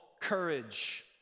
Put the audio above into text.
courage